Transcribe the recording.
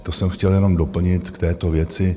Tak to jsem chtěl jenom doplnit k této věci.